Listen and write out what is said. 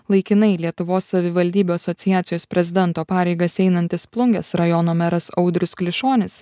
laikinai lietuvos savivaldybių asociacijos prezidento pareigas einantis plungės rajono meras audrius klišonis